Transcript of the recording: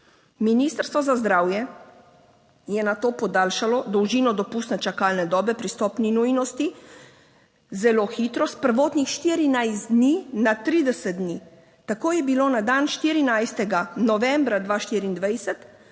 Ministrstvo za zdravje je nato podaljšalo dolžino dopustne čakalne dobe pri stopnji nujnosti "zelo hitro" s prvotnih 14 dni na 30 dni, tako je bilo na dan 14. novembra 2024